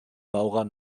maurer